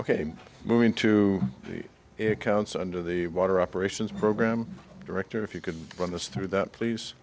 ok moving to the it counts under the water operations program director if you could run this through that please